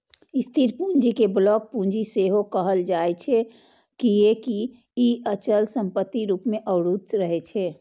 स्थिर पूंजी कें ब्लॉक पूंजी सेहो कहल जाइ छै, कियैकि ई अचल संपत्ति रूप मे अवरुद्ध रहै छै